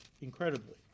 incredibly